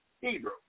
Hebrew